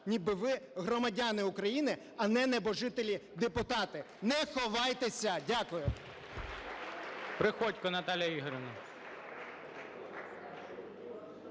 ніби ви громадяни України, а не небожителі-депутати. Не ховайтеся! Дякую.